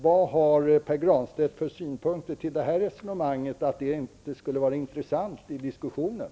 Vad har Pär Granstedt för kommentarer till resonemanget om att detta inte skulle vara intressant i diskussionen?